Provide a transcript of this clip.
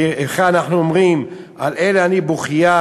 באיכה אנחנו אומרים: "על אלה אני בוכיה,